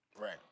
Right